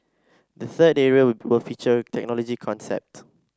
the third area will feature technology concept